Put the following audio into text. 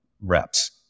reps